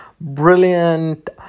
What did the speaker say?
brilliant